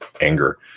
anger